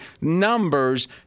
numbers